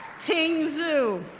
ting zhu,